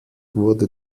wurde